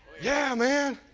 yeah man.